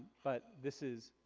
but this is.